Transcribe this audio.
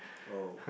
oh